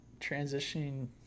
transitioning